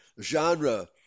genre